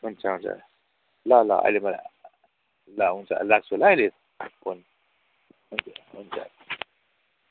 हुन्छ हुन्छ ल ल अहिले म ल हुन्छ अहिले राख्छु ल अहिले फोन हुन्छ हुन्छ